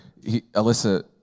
Alyssa